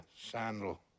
sandal